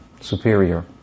superior